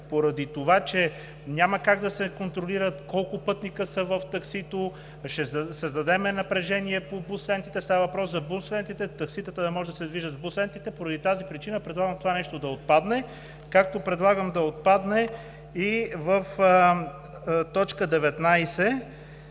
поради това, че няма как да се контролира колко пътници са в таксито. Ще създадем напрежение по бус лентите. Става въпрос за бус лентите, такситата да може да се движат в бус лентите. Поради тази причина предлагам това нещо да отпадне, както предлагам да отпадне и в т. 19,